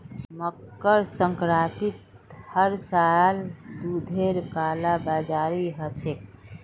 मकर संक्रांतित हर साल दूधेर कालाबाजारी ह छेक